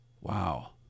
Wow